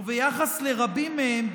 וביחס לרבים מהם,